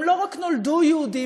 שהם לא רק נולדו יהודים,